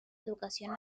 educación